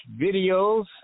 videos